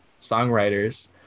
songwriters